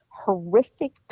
horrific